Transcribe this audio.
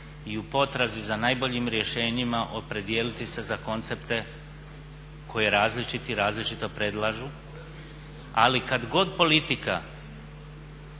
i u potrazi za najboljim rješenjima opredijeliti se za koncepte koji je različit i različito predlažu ali kad god politika